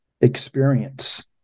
experience